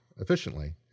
efficiently